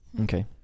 Okay